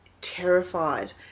terrified